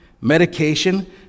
medication